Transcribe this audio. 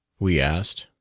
we asked.